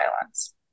violence